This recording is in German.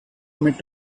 mit